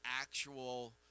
actual